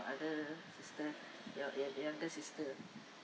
other sister your your younger sister